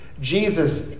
Jesus